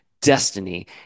Destiny